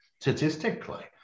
statistically